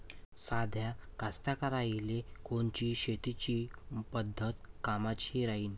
साध्या कास्तकाराइले कोनची शेतीची पद्धत कामाची राहीन?